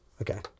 Okay